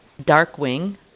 Darkwing